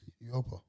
Europa